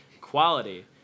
Quality